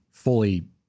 fully